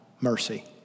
Mercy